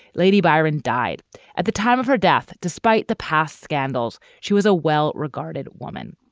lady biron died at the time of her death. despite the past scandals, she was a well regarded woman.